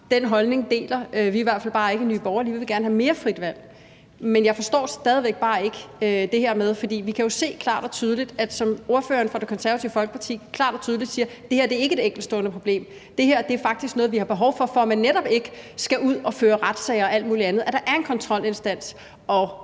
den holdning deler vi i hvert fald bare ikke i Nye Borgerlige, for vi vil gerne have mere frit valg. Men jeg forstår det bare stadig væk ikke, for vi kan jo klart og tydeligt se, at det, som ordføreren for Det Konservative Folkeparti klart og tydeligt siger, ikke er et enkeltstående problem, for det her er faktisk noget, vi har behov for, netop for at man ikke skal ud og føre retssager og alt muligt andet, altså at der er en kontrolinstans.